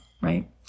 right